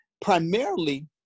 Primarily